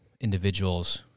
individuals